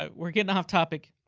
ah we're getting off topic,